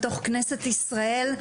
לתוך כנסת ישראל,